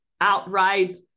outright